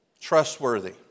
trustworthy